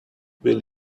will